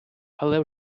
але